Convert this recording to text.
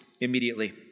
immediately